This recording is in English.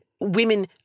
women